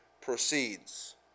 proceeds